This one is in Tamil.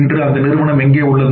இன்று அந்த நிறுவனம் எங்கு உள்ளது